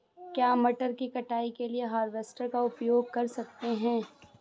क्या मटर की कटाई के लिए हार्वेस्टर का उपयोग कर सकते हैं?